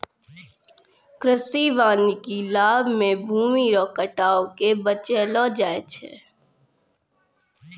कृषि वानिकी लाभ मे भूमी रो कटाव के बचैलो जाय छै